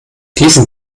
diesen